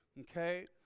Okay